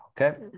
Okay